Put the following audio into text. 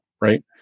right